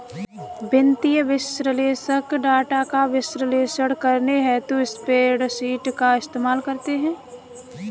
वित्तीय विश्लेषक डाटा का विश्लेषण करने हेतु स्प्रेडशीट का इस्तेमाल करते हैं